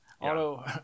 Auto